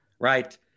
right